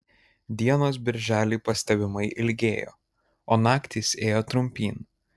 dienos birželį pastebimai ilgėjo o naktys ėjo trumpyn